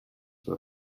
were